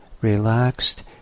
relaxed